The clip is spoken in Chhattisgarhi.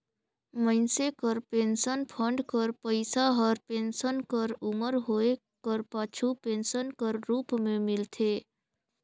मइनसे कर पेंसन फंड कर पइसा हर पेंसन कर उमर होए कर पाछू पेंसन कर रूप में मिलथे